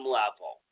level